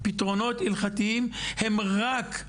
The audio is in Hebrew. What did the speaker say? פתרונות הלכתיים הם רק,